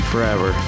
Forever